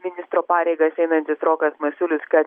ministro pareigas einantis rokas masiulis kad